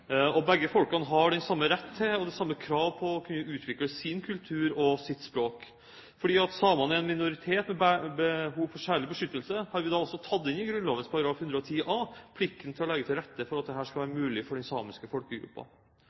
Begge folkene har den samme rett til og det samme krav på å kunne utvikle sin kultur og sitt språk. Fordi samene er en minoritet med behov for særlig beskyttelse, har vi da også tatt inn i Grunnloven § 110a plikten til å legge til rette for at dette skal være mulig for den samiske folkegruppen. Som vi liker å påpeke, bor folk